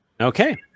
Okay